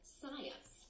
science